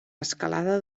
escalada